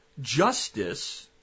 justice